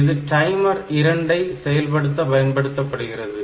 இது டைமர் 2 ஐ செயல்படுத்த பயன்படுத்தப்படுகிறது